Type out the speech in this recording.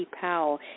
Powell